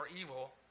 evil